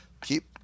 Keep